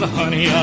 honey